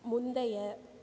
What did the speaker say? முந்தைய